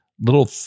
little